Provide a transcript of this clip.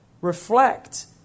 reflect